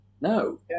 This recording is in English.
No